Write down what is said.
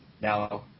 now